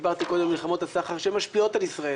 דיברתי קודם על מלחמות הסחר שמשפיעות על ישראל.